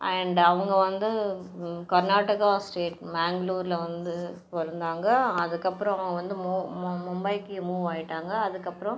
and அவங்க வந்து Karnataka state பெங்களூர்ல வந்து பிறந்தாங்க அதுக்கப்புறமா வந்து மு மு மும்பைக்கு மூவ் ஆகிட்டாங்க அதுக்கப்புறம்